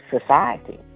society